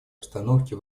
обстановки